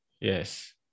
Yes